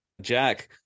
Jack